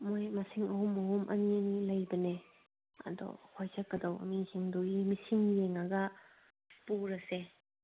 ꯃꯑꯣꯏ ꯃꯁꯤꯡ ꯑꯍꯨꯝ ꯑꯍꯨꯝ ꯑꯅꯤ ꯑꯅꯤ ꯂꯩꯕꯅꯦ ꯑꯗꯣ ꯑꯩꯈꯣꯏ ꯆꯠꯀꯗꯧꯕ ꯃꯤꯁꯤꯡꯗꯨꯒꯤ ꯃꯤꯁꯤꯡ ꯌꯦꯡꯂꯒ ꯄꯨꯔꯁꯦ